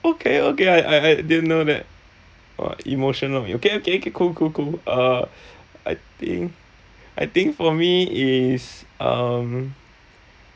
okay okay I I didn't know that !wah! emotional me okay okay cool cool cool uh I think I think for me is um